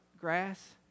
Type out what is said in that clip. grass